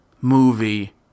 movie